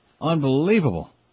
unbelievable